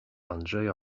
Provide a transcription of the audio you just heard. andrzeja